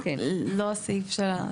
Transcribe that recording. זה לא הסעיף.